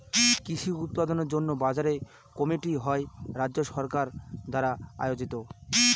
কৃষি উৎপাদনের জন্য বাজার কমিটি হয় রাজ্য সরকার দ্বারা আয়োজিত